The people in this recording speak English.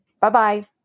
Bye-bye